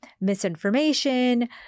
misinformation